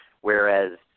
Whereas